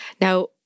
Now